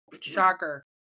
Shocker